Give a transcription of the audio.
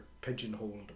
pigeonholed